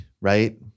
right